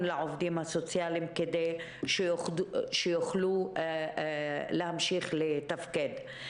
לעובדים הסוציאליים כדי שיוכלו להמשיך לתפקד.